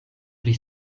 pri